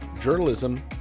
journalism